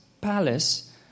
palace